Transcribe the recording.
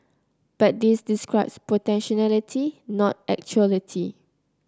but this describes potentiality not actuality